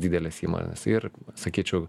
didelės įmonės ir sakyčiau